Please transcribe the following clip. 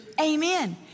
amen